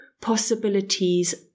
possibilities